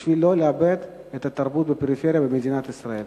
בשביל לא לאבד את התרבות בפריפריה במדינת ישראל.